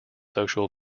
social